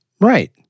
Right